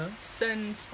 send